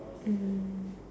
mm